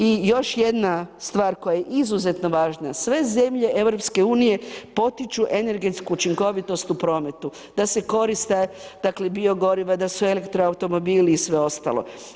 I još jedna stvar koja je izuzetno važna, sve zemlje EU potiču energetsku učinkovitost u prometu, da se koriste dakle biogoriva, da elektro-automobili i sve ostalo.